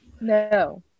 no